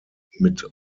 mit